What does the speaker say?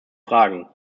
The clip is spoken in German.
fragen